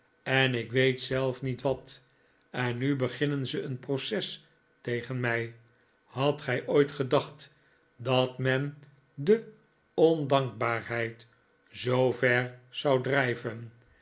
en ik weet zelf niet wat en nu beginnen ze een proces tegen mij hadt gij ooit gedacht dat men de ondankbaarheid zoover zou drijven